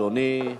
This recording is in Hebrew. אדוני,